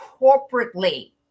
corporately